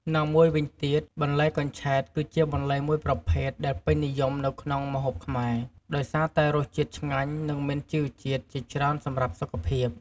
ណាមួយវិញទៀត បន្លែកញ្ឆែត គឺជាបន្លែមួយប្រភេទដែលពេញនិយមនៅក្នុងម្ហូបខ្មែរ ដោយសារតែរសជាតិឆ្ងាញ់ និងមានជីវជាតិជាច្រើនសម្រាប់សុខភាព។